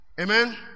Amen